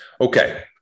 okay